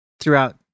throughout